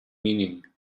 meaning